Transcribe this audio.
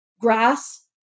grass